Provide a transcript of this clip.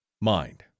mind